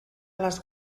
les